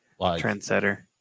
Trendsetter